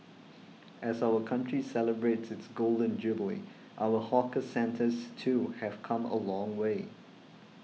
as our country celebrates its Golden Jubilee our hawker centres too have come a long way